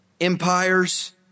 Empires